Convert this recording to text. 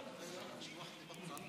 אדוני היושב-ראש,